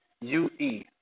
UE